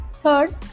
Third